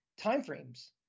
timeframes